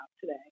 today